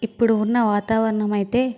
ఇప్పుడు ఉన్న వాతావరణమైతే